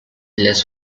less